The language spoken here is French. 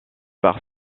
par